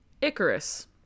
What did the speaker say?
icarus